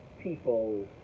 people